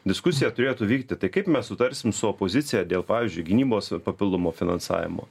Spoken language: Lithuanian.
diskusija turėtų vykti tai kaip mes sutarsim su opozicija dėl pavyzdžiui gynybos papildomo finansavimo